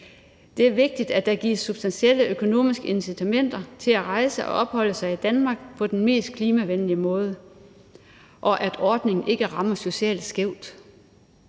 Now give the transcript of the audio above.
Det er vigtigt, at der gives substantielle økonomiske incitamenter til at rejse og opholde sig i Danmark på den mest klimavenlige måde, og at ordningen ikke rammer socialt skævt.